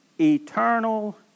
eternal